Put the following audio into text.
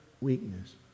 weakness